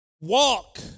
Walk